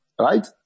right